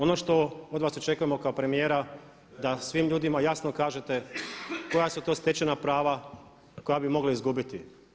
Ono što od vas očekujemo kao premijera da svim ljudima jasno kažete koja su to stečena prava koja bi mogla izgubiti.